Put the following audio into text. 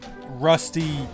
rusty